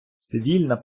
цивільна